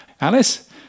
Alice